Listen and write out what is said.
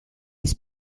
his